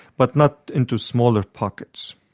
but not into smaller pockets.